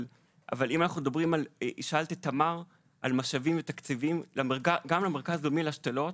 אבל אם שאלת את תמר על משאבים ותקציבים: גם למרכז הלאומי להשתלות